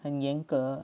很严格